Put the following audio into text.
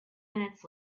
minutes